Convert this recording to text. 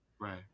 right